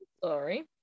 Sorry